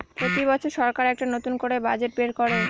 প্রতি বছর সরকার একটা করে নতুন বাজেট বের করে